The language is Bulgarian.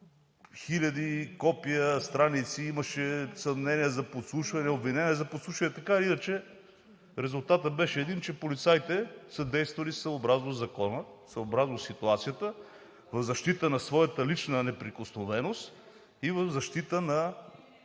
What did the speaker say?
хиляди копия, страници, имаше съмнения за подслушване, обвинения за подслушване. Така или иначе резултатът беше един, че полицаите са действали съобразно закона, съобразно ситуацията, в защита на своята лична неприкосновеност и в защита на